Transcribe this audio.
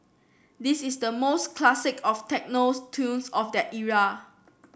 this is the most classic of techno tunes of that era